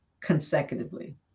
consecutively